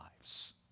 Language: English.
lives